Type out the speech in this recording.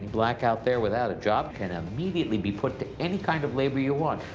black out there without a job can immediately be put to any kind of labor you want.